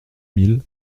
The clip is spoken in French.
mille